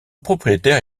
propriétaire